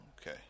Okay